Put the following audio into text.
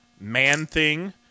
Man-Thing